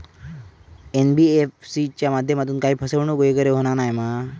NBFC च्या माध्यमातून काही फसवणूक वगैरे होना नाय मा?